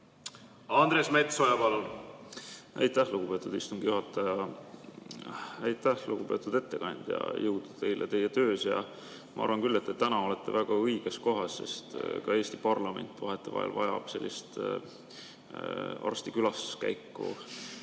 Andres Metsoja, palun! Aitäh, lugupeetud istungi juhataja! Aitäh, lugupeetud ettekandja! Jõudu teile teie töös! Ma arvan küll, et te olete täna väga õiges kohas, sest ka Eesti parlament vahetevahel vajab sellist arsti külaskäiku.